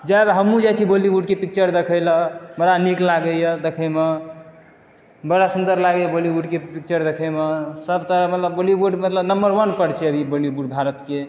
जाएब हमहूँ जाइ छिए बॉलीवुडके पिक्चर देखैलए बड़ा नीक लागैए देखैमे बड़ा सुन्दर लागैए बॉलीवुडके पिक्चर देखैमे सबतरह मतलब बॉलीवुड मतलब नम्बर वनपर छै अभी बॉलीवुड भारतके